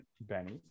Benny